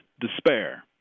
despair